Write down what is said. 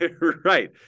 Right